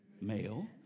male